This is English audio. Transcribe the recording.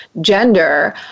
gender